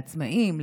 לעצמאים,